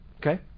Okay